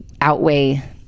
outweigh